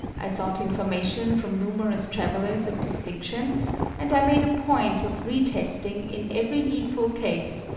i sought information from numerous travellers of distinction and i made a point of re-testing, in every needful case,